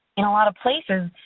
in a lot of places,